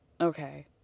Okay